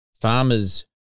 farmers